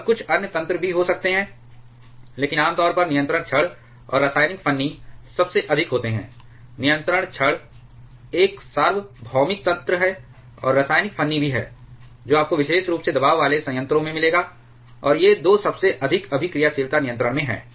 और कुछ अन्य तंत्र भी हो सकते हैं लेकिन आम तौर पर नियंत्रण छड़ और रासायनिक फन्नी सबसे अधिक होते हैं नियंत्रण छड़ एक सार्वभौमिक तंत्र है और रासायनिक फन्नी भी है जो आपको विशेष रूप से दबाव वाले संयंत्रों में मिलेगा और ये 2 सबसे अधिक अभिक्रियाशीलता नियंत्रण में हैं